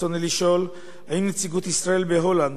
רצוני לשאול: 1. האם נציגות ישראל בהולנד